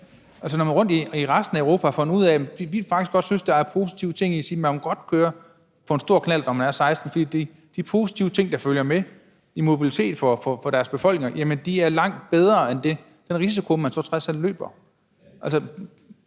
Når man i resten af Europa har fundet ud af, at man faktisk også synes, der er positive ting ved at sige, at man godt må køre på en stor knallert, når man er 16 år, så er det, fordi de positive ting, der følger med i forhold til mobilitet for deres befolkninger, i langt højere grad opvejer den risiko, man så trods alt løber.